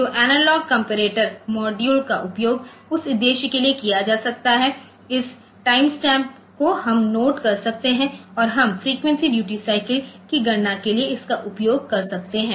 तो analogue comparator module का उपयोग उस उद्देश्य के लिए किया जा सकता है इस टाइमस्टैंपको हम नोट कर सकते हैं और हम फ्रीक्वेंसी ड्यूटी साइकिल की गणना के लिए इसका उपयोग कर सकते हैं